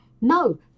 No